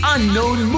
Unknown